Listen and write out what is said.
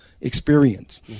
experience